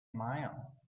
mile